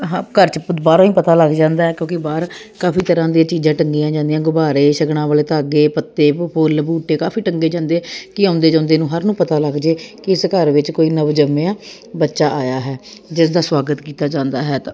ਘਰ 'ਚ ਬਾਹਰੋਂ ਹੀ ਪਤਾ ਲੱਗ ਜਾਂਦਾ ਕਿਉਂਕਿ ਬਾਹਰ ਕਾਫੀ ਤਰ੍ਹਾਂ ਦੀਆਂ ਚੀਜ਼ਾਂ ਟੰਗੀਆਂ ਜਾਂਦੀਆਂ ਗੁਬਾਰੇ ਸ਼ਗਨਾਂ ਵਾਲੇ ਧਾਗੇ ਪੱਤੇ ਬ ਫੁੱਲ ਬੂਟੇ ਕਾਫੀ ਟੰਗੇ ਜਾਂਦੇ ਕਿ ਆਉਂਦੇ ਜਾਂਦੇ ਨੂੰ ਹਰ ਨੂੰ ਪਤਾ ਲੱਗ ਜਾਵੇ ਕਿ ਇਸ ਘਰ ਵਿੱਚ ਕੋਈ ਨਵਜੰਮਿਆ ਬੱਚਾ ਆਇਆ ਹੈ ਜਿਸ ਦਾ ਸਵਾਗਤ ਕੀਤਾ ਜਾਂਦਾ ਹੈ